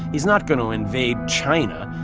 he's not going to invade china.